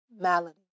malady